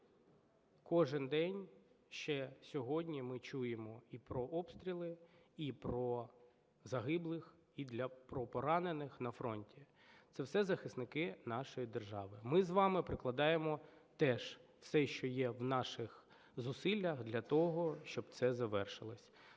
кожен день ще сьогодні ми чуємо і про обстріли, і про загиблих, і про поранених на фронті. Це все захисники нашої держави. Ми з вами прикладаємо теж все, що є в наших зусиллях, для того, щоб це завершилось.